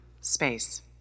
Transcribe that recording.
space